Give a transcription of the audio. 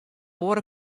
oare